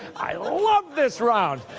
i love this round!